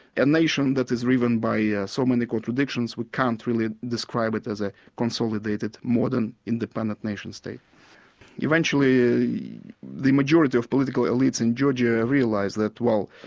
a nation that is riven by yeah so many contradictions we can't really describe it as a consolidated modern independent nation-state. nation-state. eventually the majority of political elites in georgia realised that well